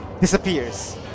disappears